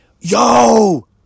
Yo